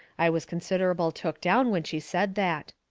i was considerable took down when she said that.